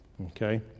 Okay